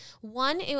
One